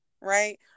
Right